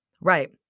Right